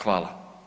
Hvala.